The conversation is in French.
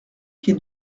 quai